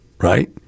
right